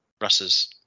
Russ's